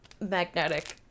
magnetic